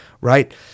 right